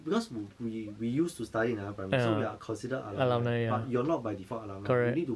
because w~ we we used to study in 南洋 primary so we are considered alumni but you're not by default alumni you need to